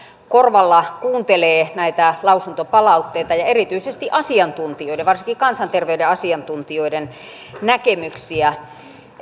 korvalla kuuntelee näitä lausuntopalautteita ja erityisesti asiantuntijoiden varsinkin kansanterveyden asiantuntijoiden näkemyksiä